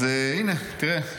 אז הינה, תראה.